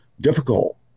difficult